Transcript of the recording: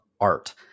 art